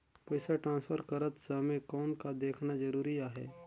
पइसा ट्रांसफर करत समय कौन का देखना ज़रूरी आहे?